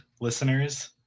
listeners